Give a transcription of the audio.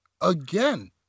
again